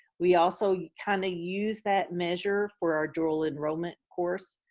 we also kind of use that measure for our dual enrollment course.